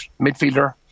midfielder